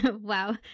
wow